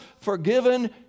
forgiven